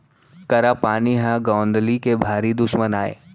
करा पानी ह गौंदली के भारी दुस्मन अय